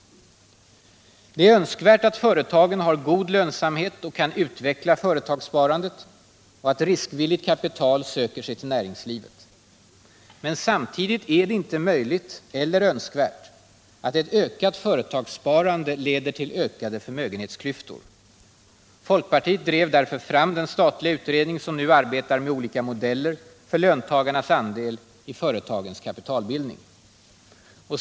Det är önskvärt att företagen har god lönsamhet och kan utveckla företagssparandet och att riskvilligt kapital söker sig till näringslivet. Men samtidigt är det inte möjligt, eller önskvärt, att ett ökat företagssparande leder till ökade förmögenhetsklyftor. Folkpartiet drev därför fram den statliga utredning som nu arbetar med olika modeller för löntagarnas andel i företagens kapitalbildning.